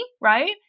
right